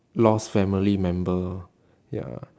lost family member ya